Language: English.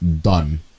done